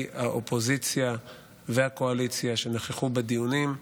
האופוזיציה והקואליציה שנכחו בדיונים,